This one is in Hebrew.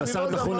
הבשר הטחון,